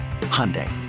Hyundai